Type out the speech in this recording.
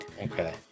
Okay